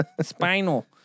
spinal